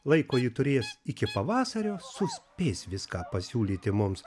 laiko ji turės iki pavasario suspės viską pasiūlyti mums